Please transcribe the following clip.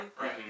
Right